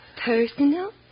Personal